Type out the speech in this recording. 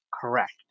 correct